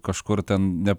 kažkur ten ne